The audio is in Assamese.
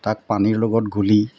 তাক পানীৰ লগত গুলি